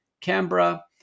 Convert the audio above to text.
canberra